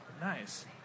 Nice